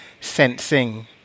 sensing